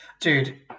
Dude